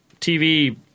TV